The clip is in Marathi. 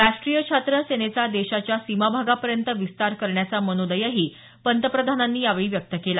राष्ट्रीय छात्र सेनेचा देशाच्या सीमाभागापर्यंत विस्तार करण्याचा मनोदयही पंतप्रधानांनी यावेळी व्यक्त केला